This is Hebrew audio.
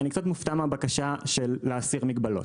אני קצת מופתע מן הבקשה להסיר מגבלות.